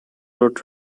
road